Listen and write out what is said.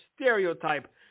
stereotype